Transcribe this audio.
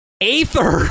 Aether